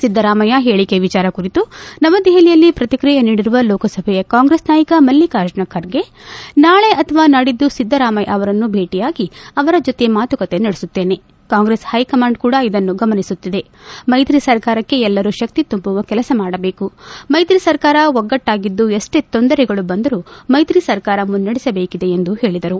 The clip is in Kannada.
ಸಿದ್ದರಾಮಯ್ಯ ಹೇಳಿಕೆ ವಿಚಾರ ಕುರಿತು ನವದೆಹಲಿಯೆಲ್ಲಿ ಶ್ರಕ್ರಿಯೆ ನೀಡಿರುವ ಲೋಕ ಸಭೆಯ ಕಾಂಗ್ರೆಸ್ ನಾಯಕ ಮಲ್ಲಿಕಾರ್ಜುನ ಖರ್ಗೆ ನಾಳೆ ಅಥವಾ ನಾಡಿದ್ದು ಸಿದ್ದರಾಮಯ್ಯರನ್ನು ಭೇಟಿಯಾಗಿ ಅವರ ಜತೆ ಮಾತಕತೆ ನಡೆಸುತ್ತೇನೆ ಕಾಂಗ್ರೆಸ್ ಹೈಕಮಾಂಡ್ ಕೂಡ ಅದನ್ನು ಗಮನಿಸುತ್ತಿದೆ ಮೈತ್ರಿ ಸರ್ಕಾರಕ್ಕೆ ಎಲ್ಲರೂ ಶಕ್ತಿ ತುಂಬುವ ಕೆಲಸ ಮಾಡಬೇಕು ಮೈತ್ರಿ ಸರ್ಕಾರ ಒಗ್ಗಟ್ಟಾಗಿದ್ದುಎಷ್ವೇ ತೊಂದರೆಗಳು ಬಂದರೂ ಮೈತ್ರಿ ಸರ್ಕಾರ ಮುನೈಡಸಬೇಕಿದೆ ಎಂದು ಹೇಳಿದರು